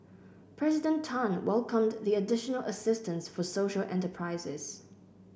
President Tan welcomed the additional assistance for social enterprises